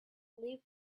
believe